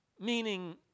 Meaning